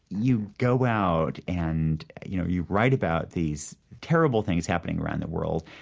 you go out and, you know you write about these terrible things happening around the world,